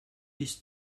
bis